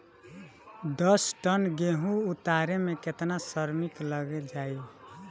दस टन गेहूं उतारे में केतना श्रमिक लग जाई?